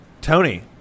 Tony